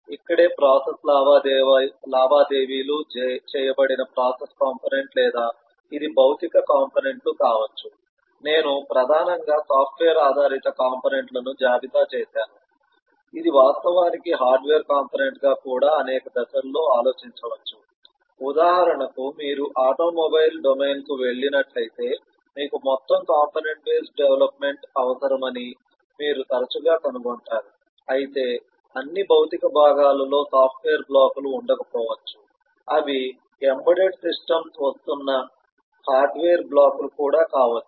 ఇక్కడే ప్రాసెస్ లావాదేవీలు చేయబడిన ప్రాసెస్ కంపోనెంట్ లేదా ఇది భౌతిక కంపోనెంట్ లు కావచ్చు నేను ప్రధానంగా సాఫ్ట్వేర్ ఆధారిత కంపోనెంట్ లను జాబితా చేసాను ఇది వాస్తవానికి హార్డ్వేర్ కంపోనెంట్ గా కూడా అనేక దశల్లో ఆలోచించవచ్చు ఉదాహరణకు మీరు ఆటోమొబైల్ డొమైన్ కు వెళ్ళినట్లయితే మీకు మొత్తం కాంపోనెంట్ బేస్డ్ డెవలప్మెంట్ అవసరమని మీరు తరచుగా కనుగొంటారు అయితే అన్ని భౌతిక భాగాలలో సాఫ్ట్వేర్ బ్లాక్లు ఉండకపోవచ్చు అవి ఎంబెడెడ్ సిస్టమ్స్ వస్తున్న హార్డ్వేర్ బ్లాక్లు కూడా కావచ్చు